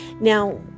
Now